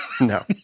no